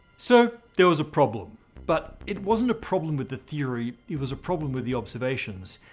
so there was a problem but it wasn't a problem with the theory, it was a problem with the observations.